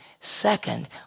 Second